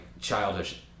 childish